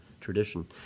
tradition